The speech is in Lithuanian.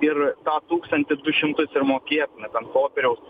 ir tą tūkstantį du šimtus ir mokėtumėt ant popieriaus